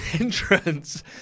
entrance